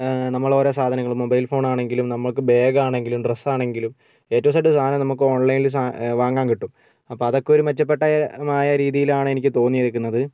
നമ്മൾ ഓരോ സാധനങ്ങൾ മൊബൈൽ ഫോൺ ആണെങ്കിലും നമുക്ക് ബാഗ് ആണെങ്കിലും ഡ്രസ്സ് ആണെങ്കിലും എ ടു സെഡ് സാധനം നമുക്ക് ഓൺലൈനിൽ സാ വാങ്ങാൻ കിട്ടും അപ്പോൾ അതൊക്കെ ഒരു മെച്ചപ്പെട്ട ആയ രീതിയിലാണ് എനിക്ക് തോന്നിയിരിക്കുന്നത്